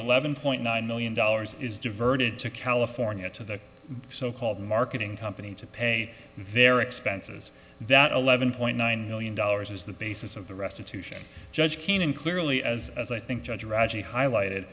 eleven point nine million dollars is diverted to california to the so called marketing company to pay very expenses that eleven point nine million dollars was the basis of the restitution judge keenan clearly as as i think judge reggie highlighted